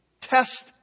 Test